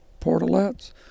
portalettes